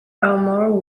armour